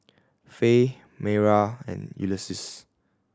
Fay Mayra and Ulysses